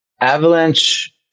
Avalanche